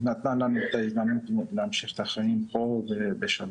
ונתנה לנו את ההזדמנות להמשיך את החיים פה ובשלמות,